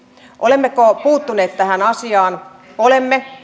olemmeko puuttuneet tähän asiaan olemme